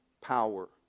power